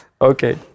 Okay